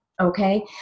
okay